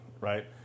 Right